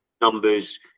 numbers